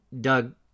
Doug